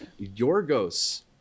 Yorgos